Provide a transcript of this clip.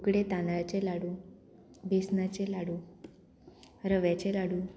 उकडे तांदळाचे लाडू बेसनाचे लाडू रव्याचे लाडू